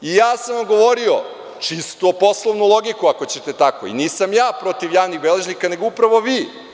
I, ja sam vam govorio, čisto poslovnu logiku, ako hoćete tako i nisam ja protiv javnih beležnika nego upravo vi.